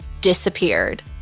disappeared